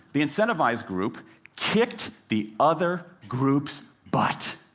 the incentivized group kicked the other group's butt.